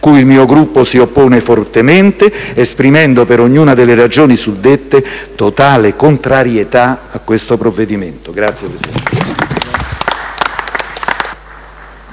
cui il mio Gruppo si oppone fortemente esprimendo, per ognuna delle ragioni suddette, totale contrarietà al provvedimento in esame.